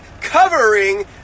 covering